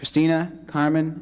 christina carmen